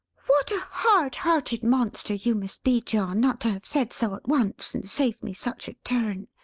what a hard-hearted monster you must be, john, not to have said so, at once, and saved me such a turn!